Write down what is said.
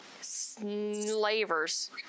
Slavers